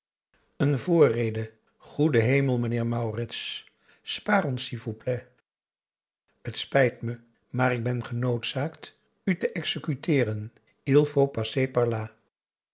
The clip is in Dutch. n voorrede goede hemel meneer maurits spaar ons s v p t spijt me maar ik ben genoodzaakt u te executeeren